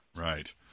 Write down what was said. Right